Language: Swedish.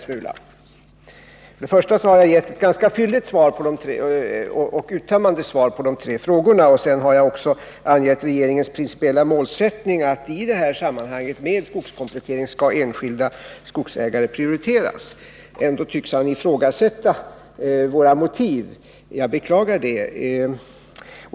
Jag har gett ganska fylliga och uttömmande svar på de tre frågorna. Vidare har jag också angett regeringens principiella målsättning i det här sammanhanget, nämligen att vid skogskomplettering skall enskilda skogsägare prioriteras. Ändå tycks Arne Andersson ifrågasätta våra motiv. Jag beklagar det.